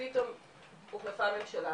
ופתאום הוחלפה הממשלה,